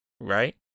right